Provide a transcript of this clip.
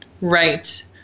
Right